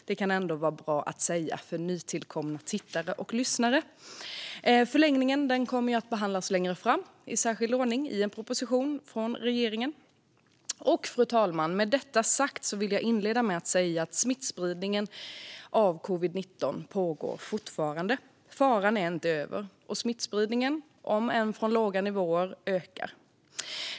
Det kan ändå vara bra att säga för nytillkomna tittares och lyssnares skull. Förlängningen kommer att behandlas längre fram i särskild ordning, i en proposition från regeringen. Fru talman! Jag vill inleda med att säga att smittspridningen av covid-19 fortfarande pågår. Faran är inte över, och smittspridningen ökar - om än från låga nivåer.